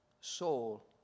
soul